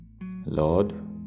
Lord